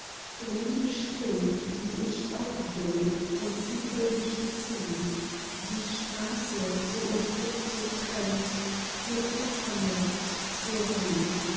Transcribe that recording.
drum liebe still wie ich auch will und sieh geduldig zu die straße so uns jetzo trennt führt unvermerkt zur ruh